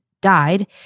died